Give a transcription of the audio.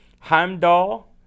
Heimdall